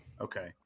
Okay